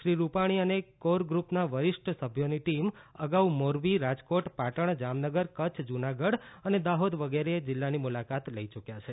શ્રી રૂપાણી અને કોર ગ્રુપના વરિષ્ઠ સભ્યોની ટીમ અગાઉ મોરબી રાજકોટપાટણ જામનગર કચ્છ જૂનાગઢ અને દાહોદ વગેરે જિલ્લાની મુલાકાત લઈ ચૂક્યા છે